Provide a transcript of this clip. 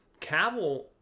cavill